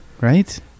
right